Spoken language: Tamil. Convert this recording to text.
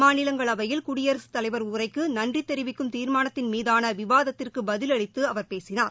மாநிலங்களவையில் குடியரகத் தலைவர் உரைக்கு நன்றி தெரிவிக்கும் தீர்மானத்தின் மீதான விவாதத்திற்கு பதிலளித்து அவர் பேசினார்